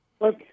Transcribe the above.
Look